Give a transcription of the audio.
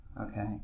Okay